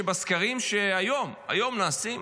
שבסקרים שהיום נעשים,